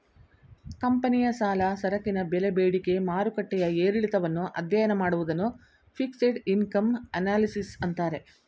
ಕಂಪನಿಯ ಸಾಲ, ಸರಕಿನ ಬೆಲೆ ಬೇಡಿಕೆ ಮಾರುಕಟ್ಟೆಯ ಏರಿಳಿತವನ್ನು ಅಧ್ಯಯನ ಮಾಡುವುದನ್ನು ಫಿಕ್ಸೆಡ್ ಇನ್ಕಮ್ ಅನಲಿಸಿಸ್ ಅಂತಾರೆ